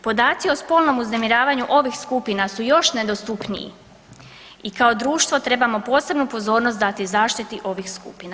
Podaci o spolnom uznemiravanju ovih skupina su još nedostupniji i kao društvo trebamo posebnu pozornost dati zaštiti ovih skupina.